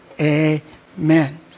amen